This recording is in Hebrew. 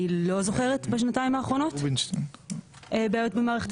אני לא זוכרת שהיו בשנתיים האחרונות בעיות במערכת